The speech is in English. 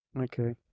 Okay